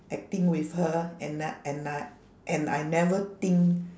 acting with her and I and I and I never think